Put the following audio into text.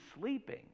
sleeping